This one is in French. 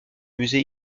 musée